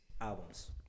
albums